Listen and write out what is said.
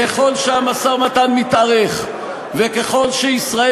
ככל שהמשא-ומתן מתארך וככל שישראל